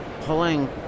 pulling